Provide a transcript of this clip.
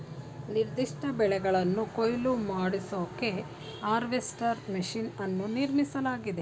ನಿರ್ದಿಷ್ಟ ಬೆಳೆಗಳನ್ನು ಕೊಯ್ಲು ಮಾಡಿಸೋಕೆ ಹಾರ್ವೆಸ್ಟರ್ ಮೆಷಿನ್ ಅನ್ನು ನಿರ್ಮಿಸಲಾಗಿದೆ